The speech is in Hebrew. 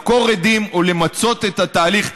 לחקור עדים או למצות את התהליך.